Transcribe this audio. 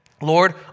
Lord